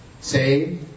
Say